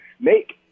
make